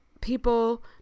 people